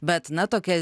bet na tokia